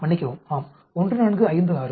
மன்னிக்கவும் ஆம் 1456